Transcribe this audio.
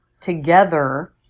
together